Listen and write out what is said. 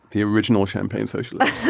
the original champagne socialist